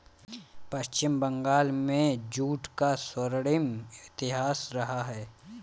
पश्चिम बंगाल में जूट का स्वर्णिम इतिहास रहा है